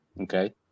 Okay